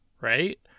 right